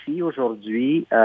aujourd'hui